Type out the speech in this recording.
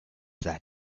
that